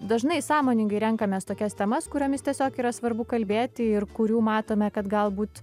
dažnai sąmoningai renkamės tokias temas kuriomis tiesiog yra svarbu kalbėti ir kurių matome kad galbūt